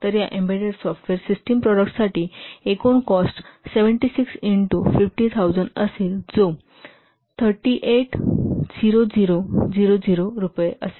तर या embedded software system प्रॉडक्टसाठी एकूण कॉस्ट 76 इंटू 50000 असेल जो 3800000 रुपये असेल